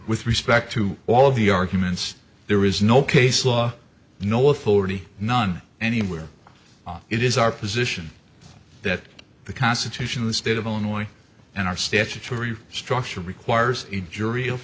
with respect to all the arguments there is no case law no authority none anywhere it is our position that the constitution of the state of illinois and our statutory structure requires a jury of